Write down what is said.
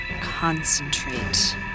Concentrate